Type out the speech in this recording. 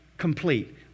complete